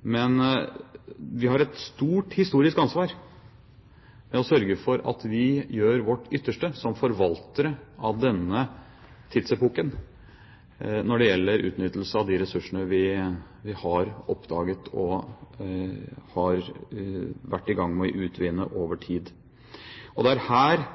Men vi har et stort historisk ansvar for å sørge for at vi gjør vårt ytterste som forvaltere av denne tidsepoken når det gjelder utnyttelse av de ressursene vi har oppdaget og har vært i gang med å utvinne over tid. Og det er her